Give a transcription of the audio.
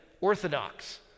Orthodox